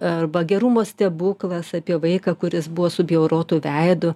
arba gerumo stebuklas apie vaiką kuris buvo subjaurotu veidu